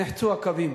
נחצו הקווים.